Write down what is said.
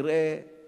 כנראה